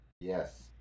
yes